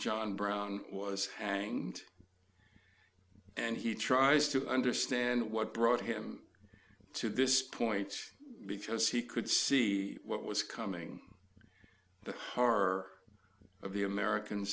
john brown was hanged and he tries to understand what brought him to this point because he could see what was coming horror of the american